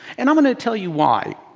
and i'm going to tell you why.